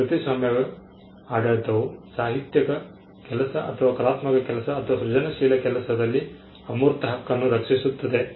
ಕೃತಿಸ್ವಾಮ್ಯವು ಆಡಳಿತವು ಸಾಹಿತ್ಯಿಕ ಕೆಲಸ ಅಥವಾ ಕಲಾತ್ಮಕ ಕೆಲಸ ಅಥವಾ ಸೃಜನಶೀಲ ಕೆಲಸದಲ್ಲಿ ಅಮೂರ್ತ ಹಕ್ಕನ್ನು ರಕ್ಷಿಸುತ್ತದೆ